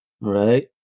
right